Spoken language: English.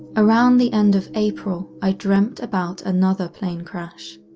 around the end of april i dreamt about another plane crash.